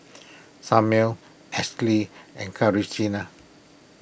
Samir Ashley and